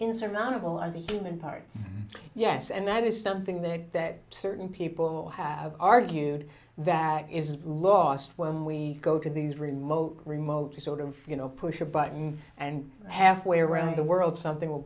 insurmountable as a human part yes and that is something that that certain people have argued that is lost when we go to these remote remote to sort of you know push a button and halfway around the world something w